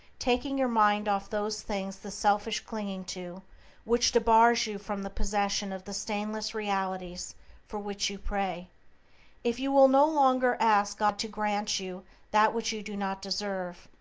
taking your mind off those things the selfish clinging to which debars you from the possession of the stainless realities for which you pray if you will no longer ask god to grant you that which you do not deserve,